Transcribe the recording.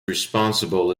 responsible